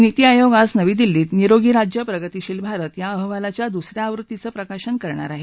नीती आयोग आज नवी दिल्ली खें निरोगी राज्य प्रगतीशील भारत या अहवालाच्या दुस या आवृत्तीचं प्रकाशन करणार आहे